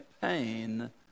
pain